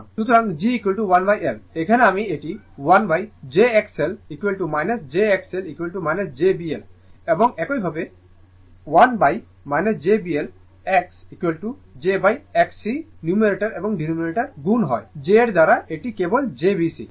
সুতরাং G1L এখানে আমি এটি 1jXL jXL jB L এবং একইভাবে 1 jB L XjXC নিউমারেটর এবং ডেনোমিনেটর গুণ হয় j এর দ্বারা এটি কেবল j B C